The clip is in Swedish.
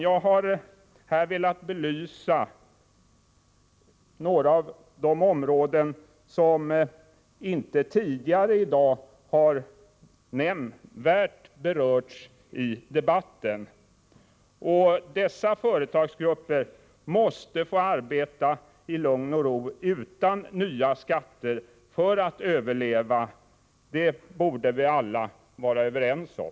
Jag har här velat belysa några av de områden som inte nämnvärt har berörts tidigare i dagens debatt. Dessa företagsgrupper måste få arbeta i lugn och ro utan nya skatter för att kunna överleva. Det borde vi alla vara överens om.